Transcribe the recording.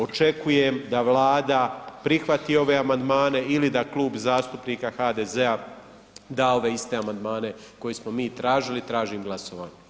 Očekujem da Vlada prihvati ove amandmane ili da Klub zastupnik HDZ-a da ove iste amandmane koje smo mi tražili, tražim glasovanje.